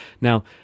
now